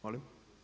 Molim?